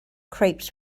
crepes